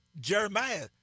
Jeremiah